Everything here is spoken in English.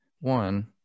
one